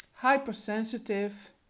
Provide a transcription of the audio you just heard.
hypersensitive